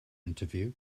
interview